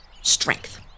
strength